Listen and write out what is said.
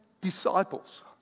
Disciples